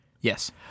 Yes